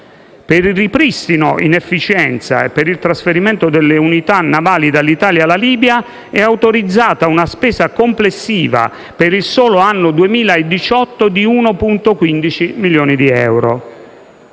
Per il ripristino in efficienza e il trasferimento delle unità navali dall'Italia alla Libia è autorizzata una spesa complessiva, per il solo anno 2018, di 1,15 milioni di euro.